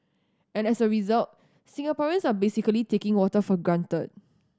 and as a result Singaporeans are basically taking water for granted